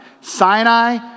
Sinai